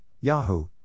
Yahoo